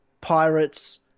Pirates